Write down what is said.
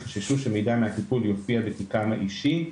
משום שחששו שמידע מהטיפול יופיע בתיקם האישי.